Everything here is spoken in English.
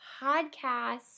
podcast